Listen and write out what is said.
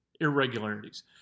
irregularities